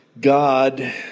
God